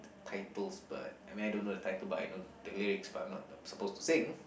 titles but I mean I don't know the title but I know the lyrics but I'm not supposed to sing